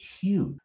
huge